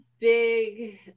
big